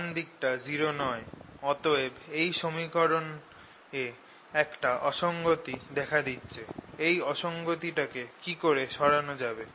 ডান দিকটা 0 নয় অতএব এই সমীকরণে একটা অসঙ্গতি দেখা দিচ্ছে এই অসঙ্গতি টাকে কিকরে সরানো যাবে